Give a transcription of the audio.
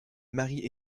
marie